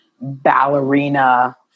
ballerina